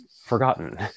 forgotten